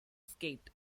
skate